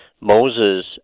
Moses